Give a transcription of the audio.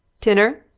tinner!